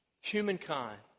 humankind